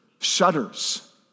shudders